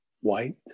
white